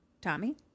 Tommy